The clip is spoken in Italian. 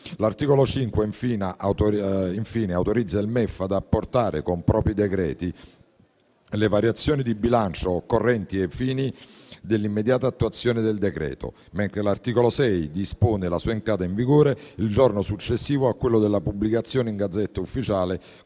L'articolo 5, infine, autorizza il MEF ad apportare, con propri decreti, le variazioni di bilancio occorrenti ai fini dell'immediata attuazione del decreto, mentre l'articolo 6 dispone la sua entrata in vigore il giorno successivo a quello della pubblicazione in *Gazzetta Ufficiale*